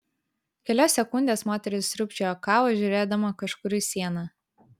kelias sekundes moteris sriūbčiojo kavą žiūrėdama kažkur į sieną